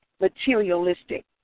materialistic